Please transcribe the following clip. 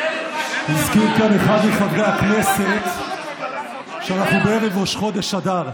הזכיר כאן אחד מחברי הכנסת שאנחנו בערב ראש חודש אדר.